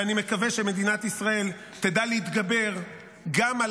ואני מקווה שמדינת ישראל תדע להתגבר גם על